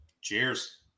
Cheers